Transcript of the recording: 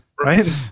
Right